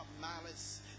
malice